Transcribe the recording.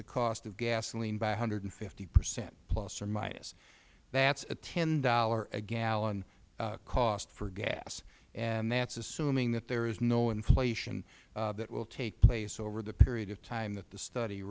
the cost of gasoline by one hundred and fifty percent plus or minus that is a ten dollars a gallon cost for gas and that is assuming that there is no inflation that will take place over the period of time that the study